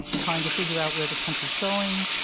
trying to figure out where the country is going,